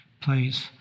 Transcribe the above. place